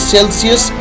Celsius